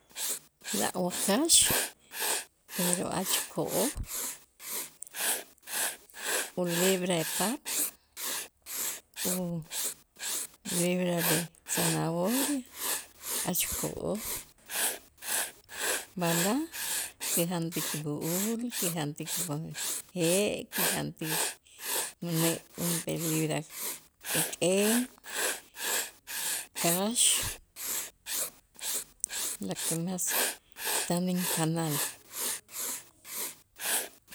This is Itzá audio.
La wakax pero jach ko'oj ulibra de papa ulibra de zanahoria jach ko'oj, b'alaj kijantik tub'u'ul, kijantik tu b'a je', kijantik une' junp'ee libra k'ek'en, kax, la que mas tan injanal.